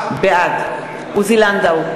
בעד עוזי לנדאו,